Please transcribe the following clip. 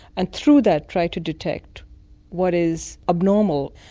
and through that try to detect what is abnormal.